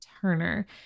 Turner